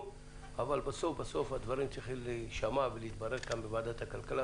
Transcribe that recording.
אבל בסוף הדברים צריכים להישמע ולהתברר כאן בוועדת הכלכלה,